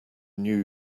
new